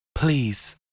Please